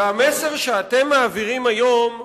והמסר שאתם מעבירים היום הוא: